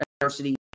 adversity